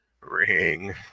ring